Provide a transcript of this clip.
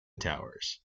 towers